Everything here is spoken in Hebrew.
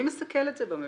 מי מסכל את זה בממשלה?